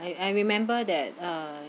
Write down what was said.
I I remember that uh